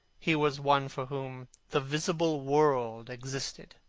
he was one for whom the visible world existed.